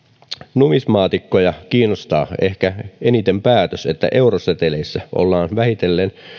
numismaatikkoja kiinnostaa ehkä eniten päätös että euroseteleissä ollaan vähitellen